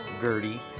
Gertie